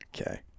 Okay